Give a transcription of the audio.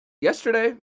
yesterday